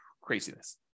Craziness